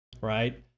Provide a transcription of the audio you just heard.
right